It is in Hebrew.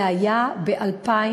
זה היה ב-2001.